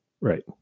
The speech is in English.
Right